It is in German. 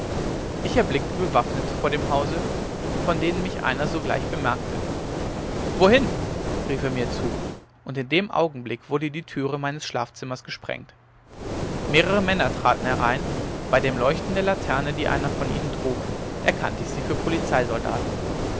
ich erblickte bewaffnete vor dem hause von denen mich einer sogleich bemerkte wohin rief er mir zu und in dem augenblick wurde die türe meines schlafzimmers gesprengt mehrere männer traten herein bei dem leuchten der laterne die einer von ihnen trug erkannte ich sie für